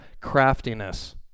craftiness